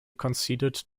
conceded